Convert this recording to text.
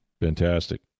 Fantastic